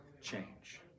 change